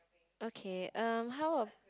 okay um how